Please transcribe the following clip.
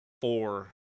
four